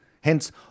Hence